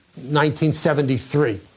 1973